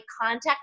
contact